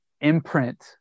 imprint